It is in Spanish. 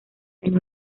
tenía